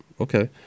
Okay